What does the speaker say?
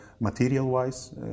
material-wise